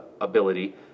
ability